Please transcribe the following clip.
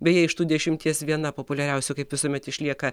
beje iš tų dešimties viena populiariausių kaip visuomet išlieka